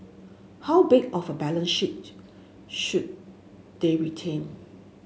how big of a balance sheet should they retain